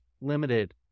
limited